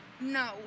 No